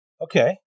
okay